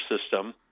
system